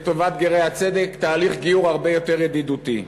לטובת גרי הצדק, תהליך גיור הרבה יותר ידידותי?